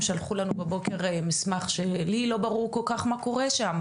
הם שלחו לנו היום בבוקר מסמך שלי אישית לא כל כך ברור מה קורה שם,